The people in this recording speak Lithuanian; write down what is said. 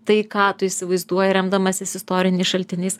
tai ką tu įsivaizduoji remdamasis istoriniais šaltiniais